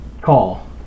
call